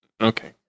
okay